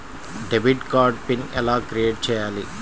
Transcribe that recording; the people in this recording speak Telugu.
డెబిట్ కార్డు పిన్ ఎలా క్రిఏట్ చెయ్యాలి?